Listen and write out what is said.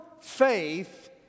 faith